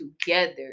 together